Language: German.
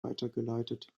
weitergeleitet